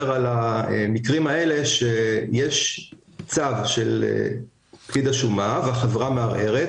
על המקרים האלה שיש צו של פקיד השומה והחברה מערערת.